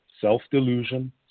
self-delusion